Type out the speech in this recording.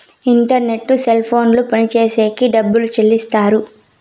internet cell ఫోన్లు పనిచేసేకి డబ్బులు చెల్లిస్తారు